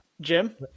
Jim